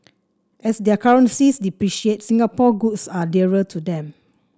as their currencies depreciate Singapore goods are dearer to them